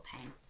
pain